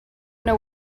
know